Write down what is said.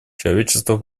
человечество